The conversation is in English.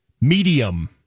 Medium